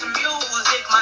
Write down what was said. music